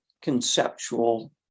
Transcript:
conceptual